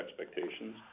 expectations